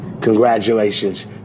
Congratulations